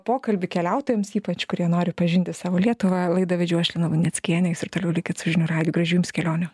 pokalbį keliautojams ypač kurie nori pažinti savo lietuvą laidą vedžiau aš lina luneckienė jūs ir toliau likit su žinių radiju gražių jums kelionių